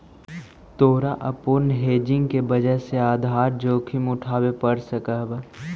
तोरा अपूर्ण हेजिंग के वजह से आधार जोखिम उठावे पड़ सकऽ हवऽ